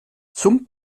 zum